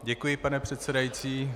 Děkuji, pane předsedající.